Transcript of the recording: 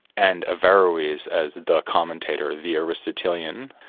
and averroes, as the commentator, the aristotelian,